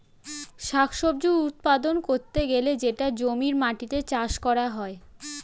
শাক সবজি উৎপাদন করতে গেলে সেটা জমির মাটিতে চাষ করা হয়